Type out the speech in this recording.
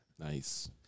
Nice